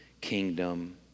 kingdom